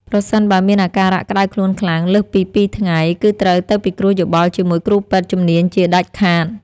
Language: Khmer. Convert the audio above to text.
ប្រសិនបើមានអាការៈក្ដៅខ្លួនខ្លាំងលើសពីពីរថ្ងៃ គឺត្រូវទៅពិគ្រោះយោបល់ជាមួយគ្រូពេទ្យជំនាញជាដាច់ខាត។